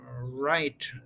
right